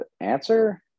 answer